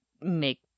make